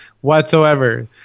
whatsoever